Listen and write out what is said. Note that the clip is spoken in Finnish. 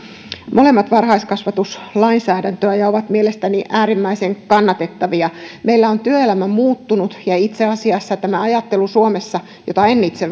molemmat varhaiskasvatuslainsäädäntöä ja ovat mielestäni äärimmäisen kannatettavia meillä on työelämä muuttunut ja itse asiassa tämä ajattelu suomessa jota en itse